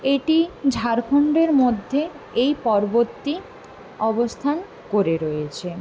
এটি ঝাড়খন্ডের মধ্যে এই পর্বতটি অবস্থান করে রয়েছে